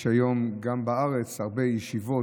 יש היום גם בארץ הרבה ישיבות,